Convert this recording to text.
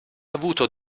avuto